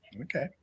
Okay